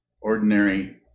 ordinary